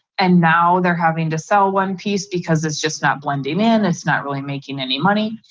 and now they're having to sell one piece because it's just not blending in. it's not really making any money.